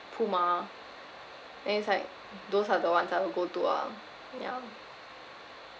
Puma and it's like those are the ones I will go to ah yeah